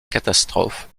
catastrophe